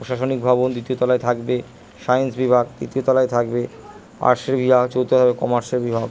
প্রশাসনিক ভবন দ্বিতীয় তলায় থাকবে সায়েন্স বিভাগ তৃতীয় তলায় থাকবে আর্টসের বিভাগ চতুর্থ কমার্সের বিভাগ